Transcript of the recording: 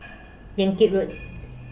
Yan Kit Road